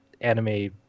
anime